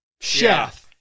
chef